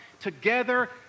together